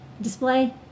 display